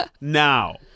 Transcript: now